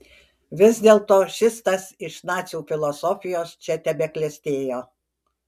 vis dėlto šis tas iš nacių filosofijos čia tebeklestėjo